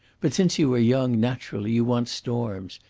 but, since you are young, naturally you want storms.